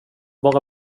bara